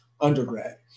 undergrad